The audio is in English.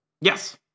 Yes